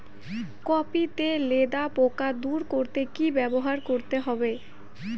Copy তে লেদা পোকা দূর করতে কি ব্যবহার করতে হবে?